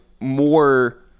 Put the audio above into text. more